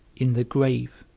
in the grave,